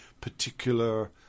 particular